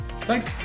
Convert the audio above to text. Thanks